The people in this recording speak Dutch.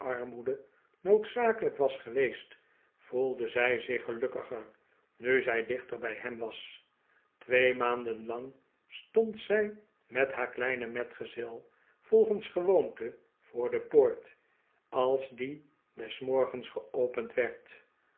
armoede noodzakelijk was geweest voelde zij zich gelukkiger nu zij dichter bij hem was twee maanden lang stond zij met haar kleinen metgezel volgens gewoonte voor de poort als die des morgens geopend werd